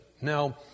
Now